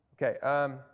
Okay